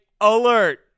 Alert